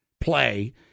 play